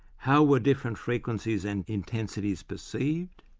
how were different frequencies and intensities perceived?